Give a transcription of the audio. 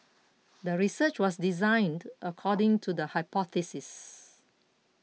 the research was designed according to the hypothesis